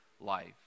life